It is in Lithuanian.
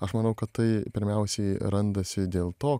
aš manau kad tai pirmiausiai randasi dėl to